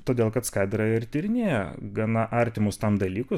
todėl kad skaidra ir tyrinėja gana artimus tam dalykus